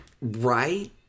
right